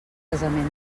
casament